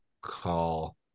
call